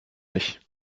nicht